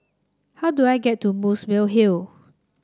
how do I get to Muswell Hill